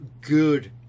good